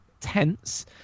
tense